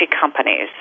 companies